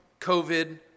COVID